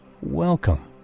welcome